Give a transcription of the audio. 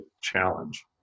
challenge